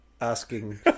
asking